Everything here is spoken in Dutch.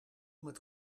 met